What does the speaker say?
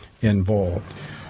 involved